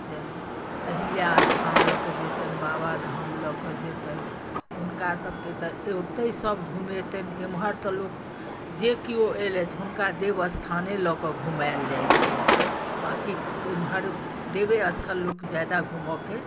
जेना अहिल्या स्थान लअ कऽ जेतनि बाबा धाम लअ कऽ जेतनि हुनका सभके तऽ एत्ते सभ घुमेतनि एम्हर तऽ लोक जे केओ अयलथि हुनका देवस्थाने लअ कऽ घुमायल जाइ छन्हि बाँकि एम्हर देवे स्थल लोक जादा घुमऽके